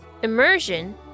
Immersion